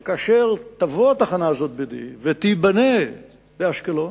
שכאשר תבוא התחנה הזאת ב-D ותיבנה באשקלון,